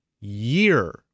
Year